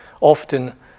often